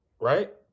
right